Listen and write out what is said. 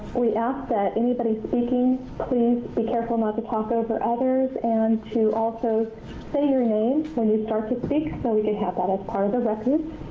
we ask that anybody speaking please be careful not to talk over others and to also say your name when you start to speak so we can have that as part of our records.